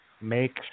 make